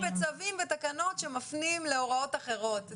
מלא חוקים וצווים ותקנות שמפנים להוראות אחרות,